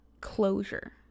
closure